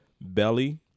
Belly